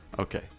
Okay